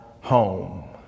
home